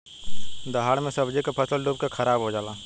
दहाड़ मे सब्जी के फसल डूब के खाराब हो जला